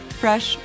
fresh